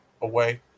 away